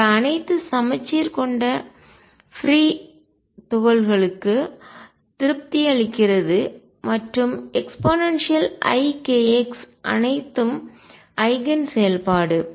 எனவே அனைத்து சமச்சீர் கொண்ட பிரீ துகள்களுக்கு திருப்தி அளிக்கிறது மற்றும் eikx அனைத்தும் ஐகன் செயல்பாடு